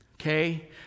Okay